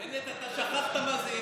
בנט, אתה שכחת מה זה ימין.